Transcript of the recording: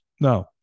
Now